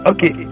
Okay